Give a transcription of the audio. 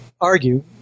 argue